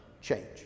change